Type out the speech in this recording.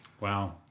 Wow